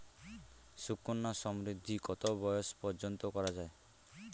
সুকন্যা সমৃদ্ধী কত বয়স পর্যন্ত করা যায়?